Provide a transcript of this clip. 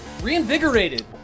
reinvigorated